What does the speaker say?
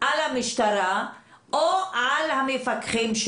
על המשטרה או על המפקחים,